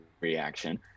reaction